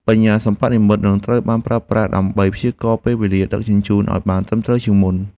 បញ្ញាសិប្បនិម្មិត នឹងត្រូវបានប្រើប្រាស់ដើម្បីព្យាករណ៍ពេលវេលាដឹកជញ្ជូនឱ្យបានត្រឹមត្រូវជាងមុន។